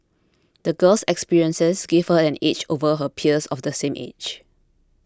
the girl's experiences gave her an edge over her peers of the same age